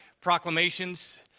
proclamations